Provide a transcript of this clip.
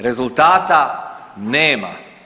Rezultata nema.